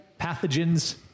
pathogens